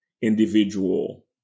individual